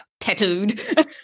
tattooed